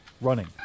running